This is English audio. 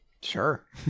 sure